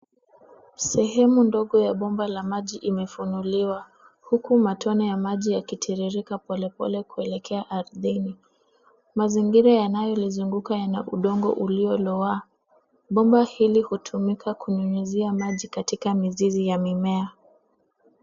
Sehemu ndogo ya bomba la maji imefuniliwa huku matone ya maji yakitiririka polepole kuelekea ardhini. Mazingira yanayolizunguka yana udongo ulilowaa. Bomba hili hutumika kunyunyizia maji katika mizizi ya mimea.